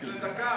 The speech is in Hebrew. אדוני